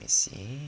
you see